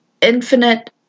infinite